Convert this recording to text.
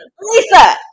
Lisa